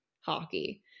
hockey